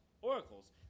oracles